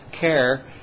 care